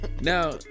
Now